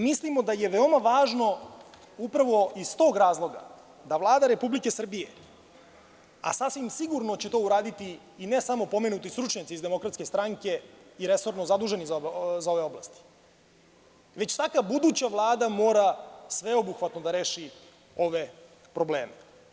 Mislimo da je veoma važno upravo iz tog razloga da Vlada Republike Srbije, a sasvim sigurno će to uraditi i ne samo pomenuti stručnjaci iz DS i resorno zaduženi za ovu oblast, već svaka buduća vlada mora sveobuhvatno da reši ove probleme.